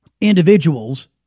individuals